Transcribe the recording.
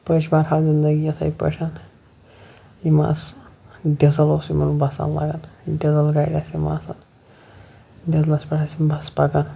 پٔچ بہرحال زندگی یِتھَے پٲٹھۍ یِم آسہٕ ڈِزَل اوس یِمَن بَسَن لَگان ڈِزَل گاڑِ آسہٕ یِم آسان ڈِزلَس پٮ۪ٹھ ٲسۍ یِم بَسہٕ پَکان